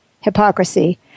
hypocrisy